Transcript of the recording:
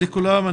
שלום לכולם,